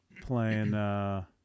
playing